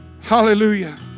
Hallelujah